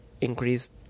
increased